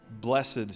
blessed